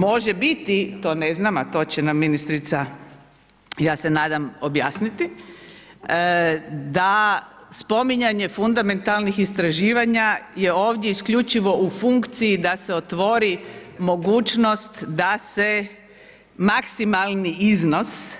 Može biti, to ne znam, a to će nam ministrica ja se nadam objasniti, da spominjanje fundamentalnih istraživanja je ovdje isključivo u funkciji da se otvori mogućnost da se maksimalni iznos